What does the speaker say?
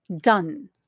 Done